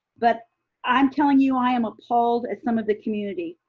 but i'm telling you i am appalled at some of the community.